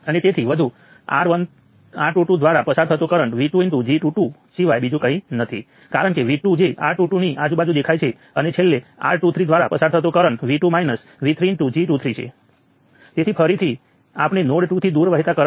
તમે જાણો છો કે તે આના જેવું હોવું જોઈએ કારણ કે આપણે જાણીએ છીએ કે કન્ડકટન્સ મેટ્રિક્સ સિમેટ્રિકલ છે અને છેલ્લે છેલ્લો એક નોડ 2 તરીકે કન્ડકટન્સનો સરવાળો છે જે 1 મિલિસિમેન વત્તા 0